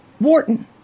Wharton